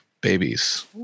babies